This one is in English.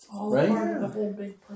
Right